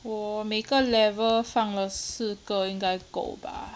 我每个 level 放了四个应该够吧